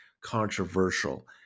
controversial